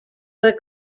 were